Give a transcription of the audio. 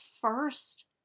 first